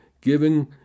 giving